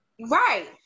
right